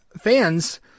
fans